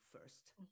first